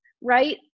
right